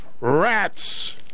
rats